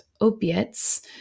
opiates